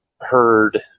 heard